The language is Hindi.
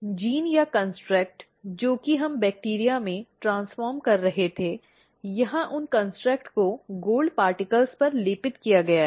जीन या कॅन्स्ट्रॅक्ट जो हम बैक्टीरिया में ट्रेन्स्फ़र्मे कर रहे थे यहां उन कॅन्स्ट्रॅक्ट को सोने के कणों पर लेपित किया गया है